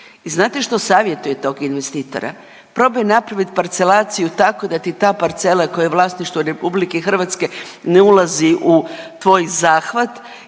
I znate što savjetuje tog investitora, probaj napravit parcelaciju tako da ti ta parcela koja je vlasništvo RH ne ulazi u tvoj zahvat